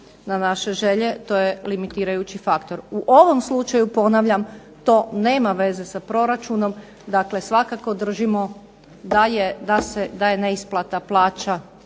na naše želje to je limitirajući faktor. U ovom slučaju ponavljam to nema veze sa proračunom. Dakle, svakako držimo da je neisplata plaća